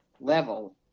level